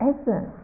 essence